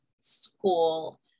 school